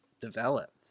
developed